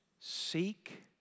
Seek